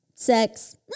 Sex